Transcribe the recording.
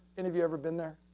any of you ever been there?